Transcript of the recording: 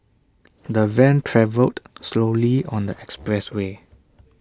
the van travelled slowly on the expressway